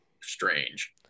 strange